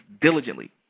diligently